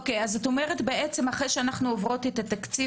אז את אומרת שאחרי שאנחנו עוברות את התקציב,